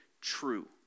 true